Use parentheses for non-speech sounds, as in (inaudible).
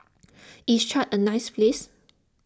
(noise) is Chad a nice place